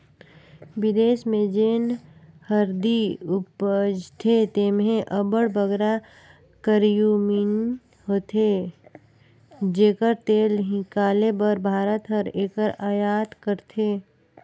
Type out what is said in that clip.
बिदेस में जेन हरदी उपजथे तेम्हें अब्बड़ बगरा करक्यूमिन होथे जेकर तेल हिंकाले बर भारत हर एकर अयात करथे